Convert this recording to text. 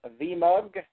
VMUG